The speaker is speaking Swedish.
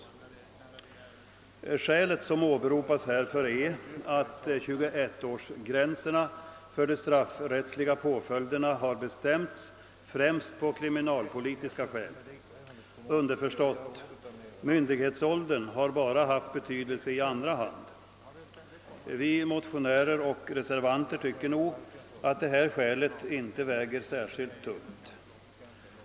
Den motivering som åberopas härför är att 21-årsgränsen för de straffrättsliga påföljderna har bestämts främst av kriminalpolitiska skäl. Underförstått: myndighetsåldern har bara haft betydelse i andra hand. Vi motionärer och reservanter tycker att dessa skäl inte väger särskilt tungt.